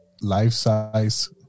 life-size